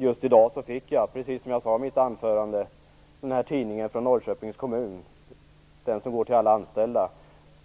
Just i dag fick jag, precis som jag sade i mitt anförande, en tidning från Norrköpings kommun. Det är en tidning som går till alla anställda.